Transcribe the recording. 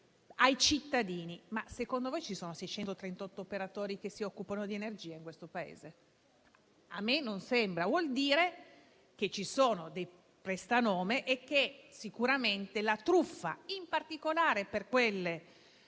ai cittadini. Ma secondo voi ci sono 638 operatori che si occupano di energia in questo Paese? A me non sembra. Vuol dire che ci sono dei prestanome e che sicuramente le truffe sono dietro l'angolo: